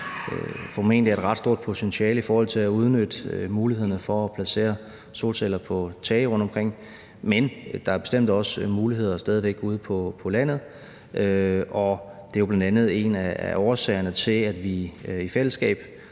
formentlig er et ret stort potentiale i at udnytte mulighederne for at placere solceller på tage rundtomkring, men der er bestemt også stadig væk muligheder ude på landet. Og det er jo bl.a. en af årsagerne til, at vi i fællesskab